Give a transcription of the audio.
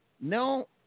No